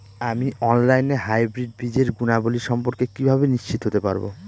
আমি অনলাইনে হাইব্রিড বীজের গুণাবলী সম্পর্কে কিভাবে নিশ্চিত হতে পারব?